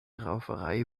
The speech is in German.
rauferei